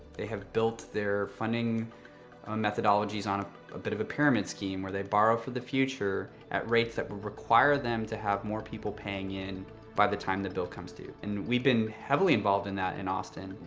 they have built their funding methodologies on ah a bit of a pyramid scheme, where they borrow for the future at rates that will require them to have more people paying in by the time the bill comes due. and we've been heavily involved in that in austin.